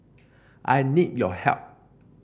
I need your help